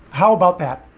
how about that?